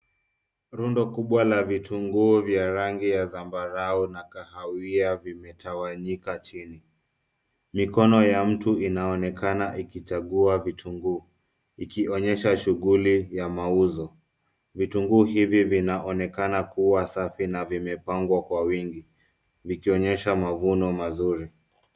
Rundo kubwa la vitunguu vya rangi ya zambarau na kahawia vimetawanyika chini. Mikono ya mtu inaonekana ikichagua vitunguu ikionyesha shughuli ya mauzo. Vitunguu hivi vinaonekana kuwa safi na vimepangwa kwa wingi vikionyesha mavuno mazuri.